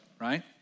right